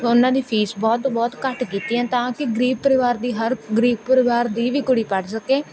ਉਹਨਾਂ ਦੀ ਫੀਸ ਬਹੁਤ ਬਹੁਤ ਘੱਟ ਕੀਤੀ ਹੈ ਤਾਂ ਕਿ ਗਰੀਬ ਪਰਿਵਾਰ ਦੀ ਹਰ ਗਰੀਬ ਪਰਿਵਾਰ ਦੀ ਵੀ ਕੁੜੀ ਪੜ੍ਹ ਸਕੇ